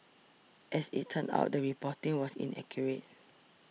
as it turned out the reporting was inaccurate